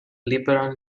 liberal